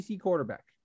quarterback